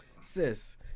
Sis